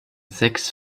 sechs